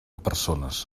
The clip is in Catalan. persones